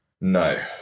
No